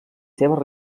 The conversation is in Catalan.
seves